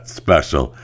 special